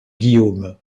guillaume